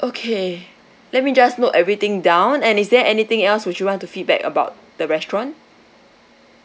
okay let me just note everything down and is there anything else would you want to feedback about the restaurant